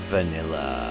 Vanilla